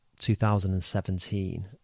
2017